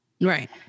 Right